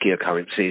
currencies